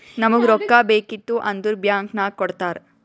ನಮುಗ್ ರೊಕ್ಕಾ ಬೇಕಿತ್ತು ಅಂದುರ್ ಬ್ಯಾಂಕ್ ನಾಗ್ ಕೊಡ್ತಾರ್